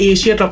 Asia